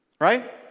right